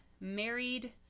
married